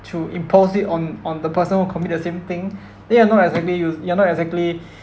to impose it on on the person who commit the same thing they are not exactly you you are not exactly